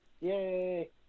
Yay